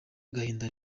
agahinda